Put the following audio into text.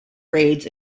raids